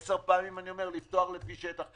עשר פעמים אני אומר לפתוח לפי שטח.